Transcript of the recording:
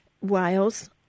Wales